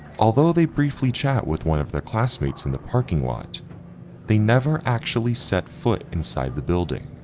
although they briefly chat with one of the classmates in the parking lot they never actually set foot inside the building.